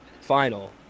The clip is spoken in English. final